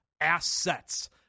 assets